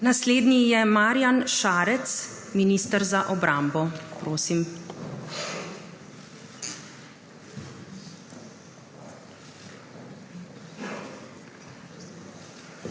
Naslednji je Marjan Šarec, minister za obrambo. Prosim.